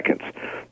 seconds